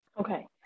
Okay